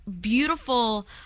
beautiful